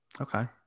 okay